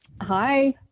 Hi